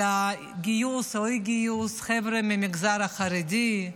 הגיוס או אי-גיוס של חבר'ה מהמגזר החרדי,